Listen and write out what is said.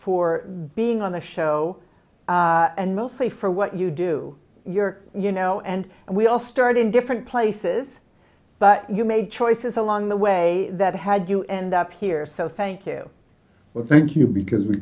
for being on the show and mostly for what you do your you know and and we all start in different places but you made choices along the way that had you end up here so thank you but thank you because we